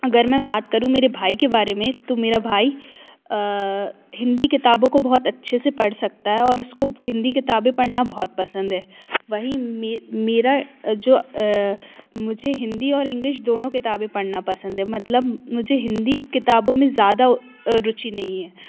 अगर मैं बात करूँ मेरे भाई के बारे में तो मेरा भाई हिंदी किताबों को बहुत अच्छे से पढ़ सकता है और उसको हिंदी किताबें पढ़ना बहुत पसंद है वही मेरा जो मुझे हिंदी और इंग्लिश दोनों किताबें पढ़ना पसंद है मतलब मुझे हिंदी किताबों में ज़्यादा रूचि नही है